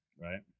Right